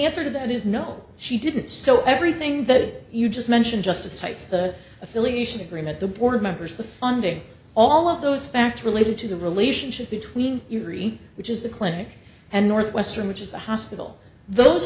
answer to that is no she didn't so everything that you just mentioned justice types the affiliation agreement the board members the funding all of those facts related to the relationship between ury which is the clinic and northwestern which is the hospital those